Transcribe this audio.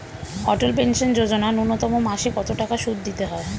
অটল pension যোজনা ন্যূনতম মাসে কত টাকা সুধ দিতে হয়?